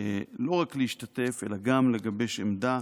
לא רק להשתתף אלא גם לגבש עמדה